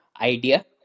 idea